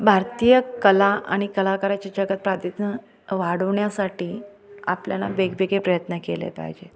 भारतीय कला आणि कलाकाराची जगत प्राधितन वाढवण्यासाठी आपल्याला वेगवेगळे प्रयत्न केले पाहिजेत